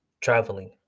traveling